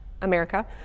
america